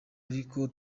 ariko